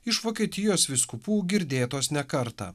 iš vokietijos vyskupų girdėtos ne kartą